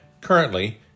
Currently